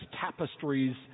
tapestries